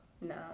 No